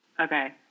Okay